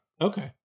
Okay